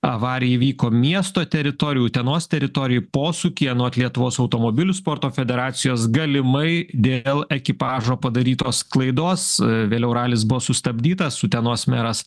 avarija įvyko miesto teritorijoj utenos teritorijoj posūkyje anot lietuvos automobilių sporto federacijos galimai dėl ekipažo padarytos klaidos vėliau ralis buvo sustabdytas utenos meras